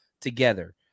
together